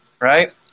right